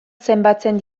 zenbatzen